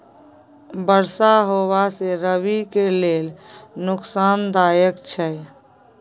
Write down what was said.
बरसा होबा से रबी के लेल नुकसानदायक छैय?